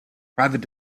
private